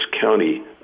county